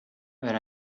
but